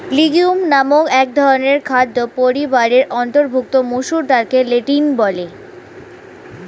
legume নামক একধরনের খাদ্য পরিবারের অন্তর্ভুক্ত মসুর ডালকে লেন্টিল বলে